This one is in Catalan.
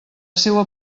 seua